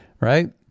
right